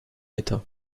état